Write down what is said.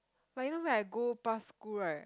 but you know when I go past school right